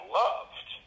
loved